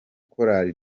chorale